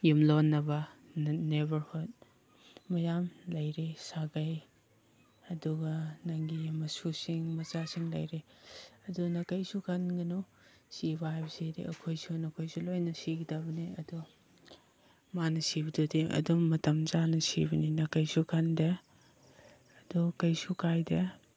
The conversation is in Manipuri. ꯌꯨꯝꯂꯣꯟꯅꯕ ꯅꯦꯕꯔꯍꯨꯠ ꯃꯌꯥꯝ ꯂꯩꯔꯤ ꯁꯥꯒꯩ ꯑꯗꯨꯒ ꯅꯪꯒꯤ ꯃꯁꯨꯁꯤꯡ ꯃꯆꯥꯁꯤꯡ ꯂꯩꯔꯤ ꯑꯗꯨꯅ ꯀꯩꯁꯨ ꯈꯟꯒꯅꯨ ꯁꯤꯕ ꯍꯥꯏꯕꯁꯤꯗꯤ ꯑꯩꯈꯣꯏꯁꯨ ꯅꯈꯣꯏꯁꯨ ꯂꯣꯏꯅ ꯁꯤꯒꯗꯕꯅꯦ ꯑꯗꯣ ꯃꯥꯅ ꯁꯤꯕꯗꯨꯗꯤ ꯑꯗꯨꯝ ꯃꯇꯝ ꯆꯥꯅ ꯁꯤꯕꯅꯤꯅ ꯀꯩꯁꯨ ꯈꯟꯗꯦ ꯑꯗꯣ ꯀꯩꯁꯨ ꯀꯥꯏꯗꯦ